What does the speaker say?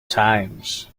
times